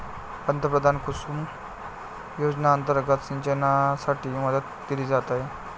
पंतप्रधान कुसुम योजना अंतर्गत सिंचनासाठी मदत दिली जात आहे